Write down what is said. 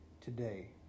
today